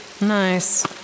Nice